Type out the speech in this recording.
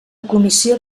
comissió